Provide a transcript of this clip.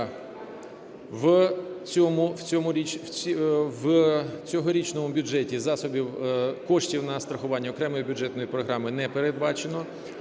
У цьогорічному бюджеті коштів на страхування окремої бюджетної програми не передбачено.